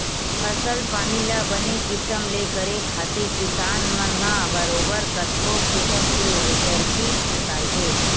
फसल पानी ल बने किसम ले करे खातिर किसान मन ह बरोबर कतको किसम के तरकीब निकालथे